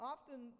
Often